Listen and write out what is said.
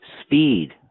speed